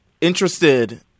interested